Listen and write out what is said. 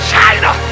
China